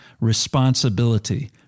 responsibility